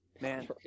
Man